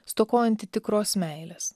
stokojantį tikros meilės